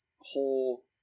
whole